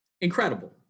Incredible